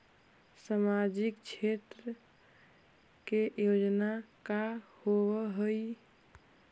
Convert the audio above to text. सामाजिक क्षेत्र के योजना का होव हइ?